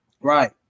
Right